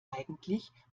eigentlich